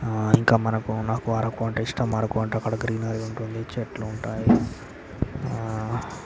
ఇంకా మనకు నాకు అరకు అంటే ఇష్టం అరకు అంటే కూడా గ్రీనరీ ఉంటుంది చెట్లు ఉంటాయి